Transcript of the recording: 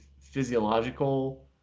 physiological